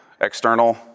External